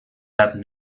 happened